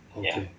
okay